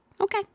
Okay